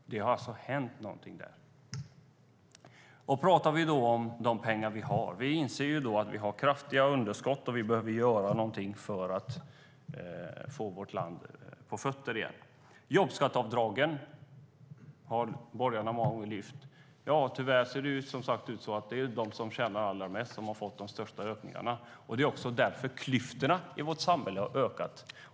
Något har alltså hänt. Borgarna lyfte upp jobbskatteavdragen. Tyvärr är det de som tjänar allra mest som har fått de största inkomstökningarna, och därför har klyftorna i vårt samhälle ökat.